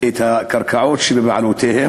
את הקרקעות שבבעלותם